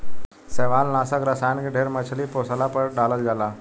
शैवालनाशक रसायन के ढेर मछली पोसला पर डालल जाला